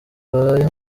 baraye